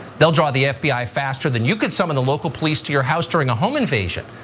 they'll draw the fbi faster than you can summon the local police to your house during a home invasion,